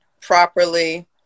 properly